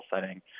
setting